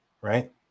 Right